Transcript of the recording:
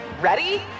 Ready